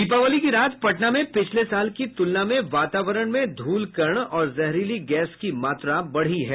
दीपावली की रात पटना में पिछले साल की तूलना में वातावारण में धूलकण और जहरीली गैस की मात्रा बढ़ी है